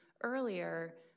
earlier